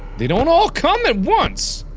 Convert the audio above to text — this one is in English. they don't all come at once.